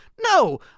No